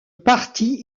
parti